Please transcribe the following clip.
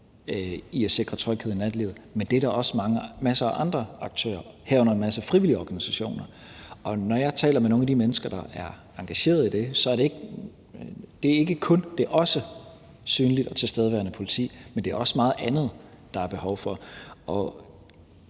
i at sikre tryghed i nattelivet, men det er der også masser af andre aktører, herunder en masse frivillige organisationer, der gør. Og når jeg taler med nogle af de mennesker, der er engageret i det, så er det ikke kun – men også – et synligt og tilstedeværende politi, der er behov for; der er også behov for